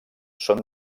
són